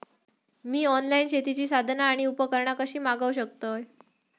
मी online शेतीची साधना आणि उपकरणा कशी मागव शकतय?